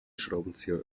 schraubenzieher